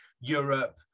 Europe